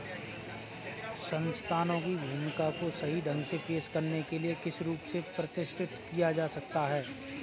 संस्थानों की भूमिका को सही ढंग से पेश करने के लिए किस रूप से प्रतिष्ठित किया जा सकता है?